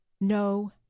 no